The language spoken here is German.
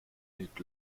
hielt